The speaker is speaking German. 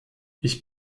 ich